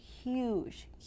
huge